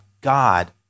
God